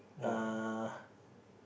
uh